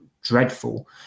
dreadful